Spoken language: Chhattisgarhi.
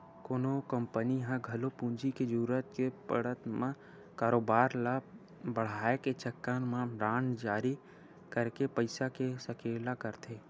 कोनो कंपनी ह घलो पूंजी के जरुरत के पड़त म कारोबार ल बड़हाय के चक्कर म बांड जारी करके पइसा के सकेला करथे